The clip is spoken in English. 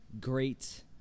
Great